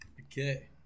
Okay